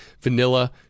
vanilla